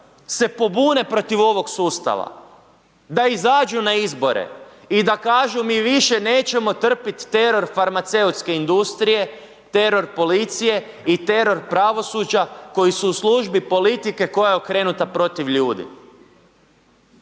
se pobune protiv ovog sustava, da izađu na izbore i da kažu mi više nećemo trpit teror farmaceutske industrije, teror policije i teror pravosuđa koji su u službi politike koja je okrenuta protiv ljudi.